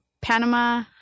Panama